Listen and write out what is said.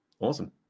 Awesome